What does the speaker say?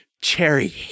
Cherry